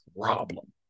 problem